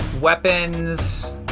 weapons